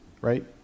right